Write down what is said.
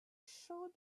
showed